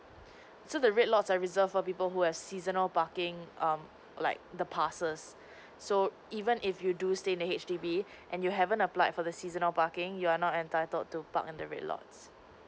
so the red lots are reserved for people who has seasonal parking um like the passes so even if you do stay in the H_D_B and you haven't applied for the seasonal parking you are not entitled to park in the red lots